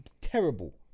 terrible